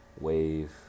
wave